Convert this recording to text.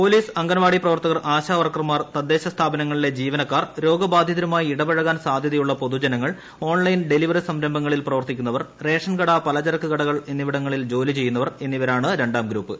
police anganwadi പ്രവർത്തകർ ASHA വർക്കർമാർ തദ്ദേശ സ്ഥാപനങ്ങളിലെ ജീവനക്കാർ രോഗബാധിതരുമായി ഇടപഴകാൻ സാധ്യതയുള്ള പൊതുജനങ്ങൾ ഓൺലൈൻ ഡെലിവറി സംരംഭങ്ങളിൽ പ്രവർത്തിക്കുന്നവർ റേഷൻകട പലചരക്ക് കടകൾ എന്നിവിടങ്ങളിൽ ജോലി ചെയ്യുന്നവർ എന്നിവരാണ് രണ്ടാം ഗ്രൂപ്പ്